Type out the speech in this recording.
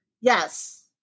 Yes